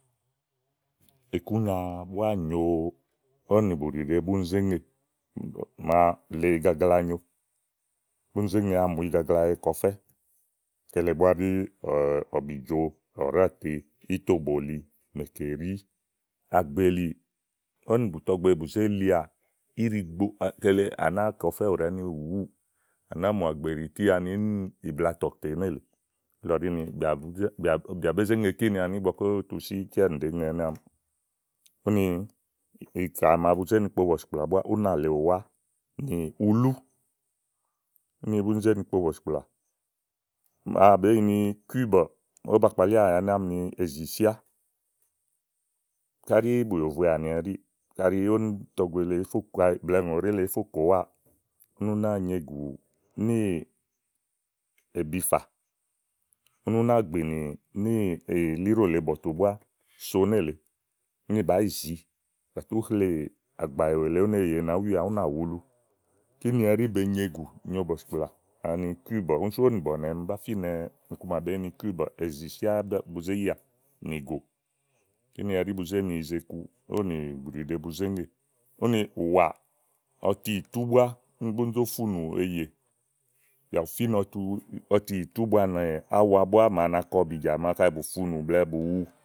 ikúnya búá nyòo ówò nì búɖìɖe búni zé ŋè màa lèe igagla anyo búni zé ŋe amù igagla ekè ɔfɛ kele búá ɖí ɔ̀bìjo, ɔ̀ɖátèe, ítòbòli, mèkèɖí àgbèlì ówò nì bùtɔgbe bù zé lià íɖigbo, kele à nàá kè ɔfɛ́ ùɖà ínìwú à nàáa mù àgbèlítí ani íblaatɔ tè nélèe níìlɔ ɖi ni bìà bé zé ŋe kíni ígbɔ ówo butu si íkeanì ɖèé ɛnɛ́ àámiì. úni ikà màa bu zé kpobɔ̀sìkplà búá. únà lèe ùwá nì ulú úni búni zé ni kpo bɔ̀sìkplà màa ówó bèé yi kúìbɛ, ba kpalià ɛnɛ́ àámi ni èzì síá káɖí bùyòvoè àni àni ɛɖíì kaɖi ówo nì tɔgbe le blɛ̀ɛ ùŋò ɖèé le èé fo kò ùwaà, úni ú náa nyesù níì èbifà, úni ú náa gbìnì níìlíɖo lèe bɔ̀tù búá so nélèe úni bàá yi zìi úni bà tú hlè àgbà èwu èle úni èye nàá wià, ú nà wulu kíni ɛɖí be nyegù nyo bɔ̀sìkplà ani kúìbɛ̀ úni sú ówò nì bɔ̀nɛ̀ mi ba fínɛ finɛ iku màa bèé yi ni kúìbɛ, è zì síá búni zé yià nìgò. kíni ɛɖí bu zé ni yize iku ówò nì bɔ̀nɛ̀ bu zé ŋè úni ùwà ɔtiìtú búá búni zó funù eyè bìà bù fínɛ ɔtiìtú búá màa na kɔ ɔ̀bijà màa kaɖi bù funù blɛ̀ɛ kaɖi bù wu.